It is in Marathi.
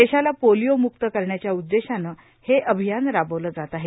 देशाला पोलिओ मुक्त करण्याच्या उद्देशानं हे अभियान राबवलं जातं आहे